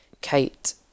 Kate